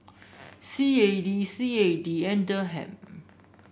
C A D C A D and Dirham